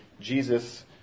Jesus